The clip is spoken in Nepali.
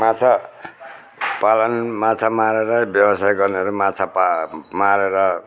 माछा पालन माछा मारेर व्यवसाय गर्नेहरू माछा पा मारेर